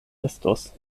estos